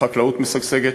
וחקלאות משגשגת.